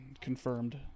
Confirmed